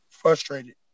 frustrated